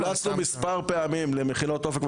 ואנחנו המלצנו מספר פעמים למכינות אופק,